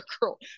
girl